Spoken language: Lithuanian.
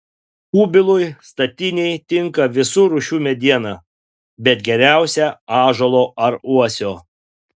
kubilui statinei tinka visų rūšių mediena bet geriausia ąžuolo ar uosio